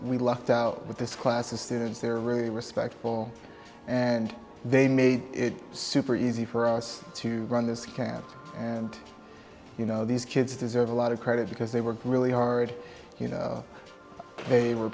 we lucked out with this class of students they're really respectful and they made it super easy for us to run this camp and you know these kids deserve a lot of credit because they were really hard you know they were